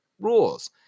rules